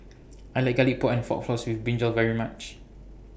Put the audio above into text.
I like Garlic Pork and fork Floss with Brinjal very much